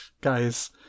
guys